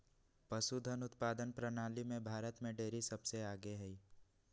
पशुधन उत्पादन प्रणाली में भारत में डेरी सबसे आगे हई